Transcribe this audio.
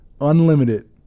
unlimited